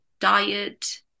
diet